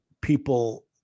people